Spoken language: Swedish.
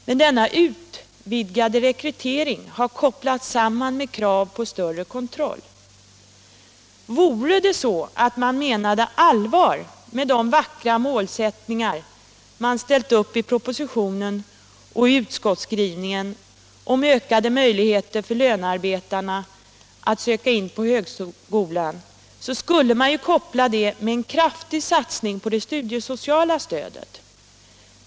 Men denna utvidgade rekrytering har kopplats samman med krav på större kontroll. Vore det så, att man menade allvar med de vackra mål man ställt upp i propositionen och utskottsskrivningen om ökade möjligheter för lönearbetarna att söka in på högskola, skulle man ha kopplat ihop detta med en kraftig satsning på det studiesociala stödet.